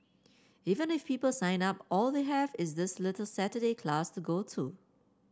even if people sign up all they have is this little Saturday class to go to